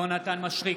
יונתן מישרקי,